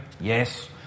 yes